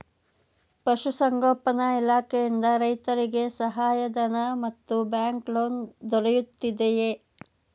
ಪಶು ಸಂಗೋಪನಾ ಇಲಾಖೆಯಿಂದ ರೈತರಿಗೆ ಸಹಾಯ ಧನ ಮತ್ತು ಬ್ಯಾಂಕ್ ಲೋನ್ ದೊರೆಯುತ್ತಿದೆಯೇ?